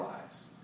lives